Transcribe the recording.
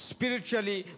Spiritually